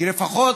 כי לפחות